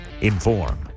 inform